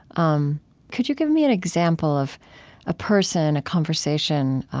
um could you give me an example of a person, a conversation,